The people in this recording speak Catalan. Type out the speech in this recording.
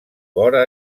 vora